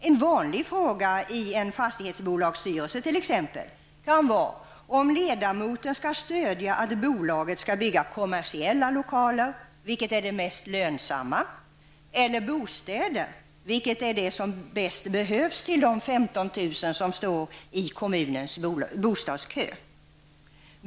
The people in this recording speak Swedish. En vanlig fråga i t.ex. en fastighetsbolagsstyrelse kan vara om ledamoten skall stödja att bolaget skall bygga kommersiella lokaler, vilket är mest lönsamma, eller bostäder, vilket är det som bäst behövs till de 15 000 personer som står i kommunens bostadskö.